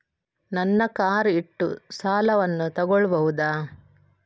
ನನ್ನ ಕಾರ್ ಇಟ್ಟು ಸಾಲವನ್ನು ತಗೋಳ್ಬಹುದಾ?